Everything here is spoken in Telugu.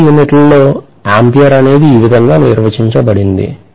SI యూనిట్లలో ఆంపియర్ అనేది ఈ విధంగా నిర్వచించబడింది